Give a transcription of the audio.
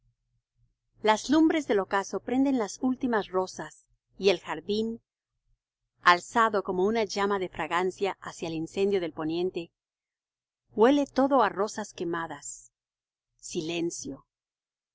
las lumbres del ocaso prenden las últimas rosas y el jardín alzando como una llama de fragancia hacia el incendio del poniente huele todo á rosas quemadas silencio